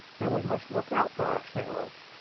and we must look out for ourselves.